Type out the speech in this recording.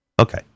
Okay